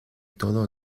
todo